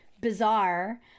bizarre